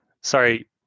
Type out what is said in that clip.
Sorry